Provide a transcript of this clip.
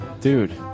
dude